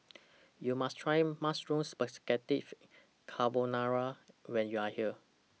YOU must Try Mushroom Spaghettis Carbonara when YOU Are here